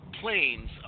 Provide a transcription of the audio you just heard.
Planes